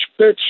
bitch